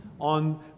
on